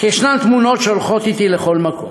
אך יש תמונות שהולכות אתי לכל מקום,